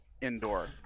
indoor